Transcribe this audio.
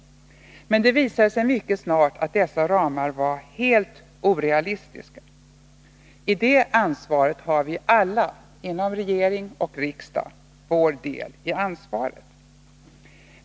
Men det visade sig mycket snart att dessa ramar var helt orealistiska. I det avseendet har vi alla inom regering och riksdag vår del i ansvaret.